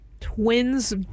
Twins